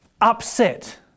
upset